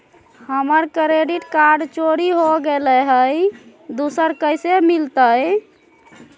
हमर credit card चोरी हो गेलय हई, दुसर कैसे मिलतई?